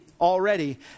already